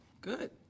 good